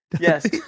Yes